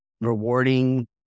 rewarding